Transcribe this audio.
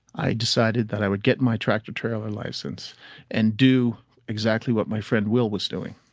i decided that i would get my tractor trailer license and do exactly what my friend will was doing.